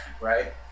Right